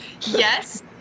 Yes